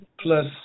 plus